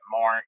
more